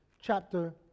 chapter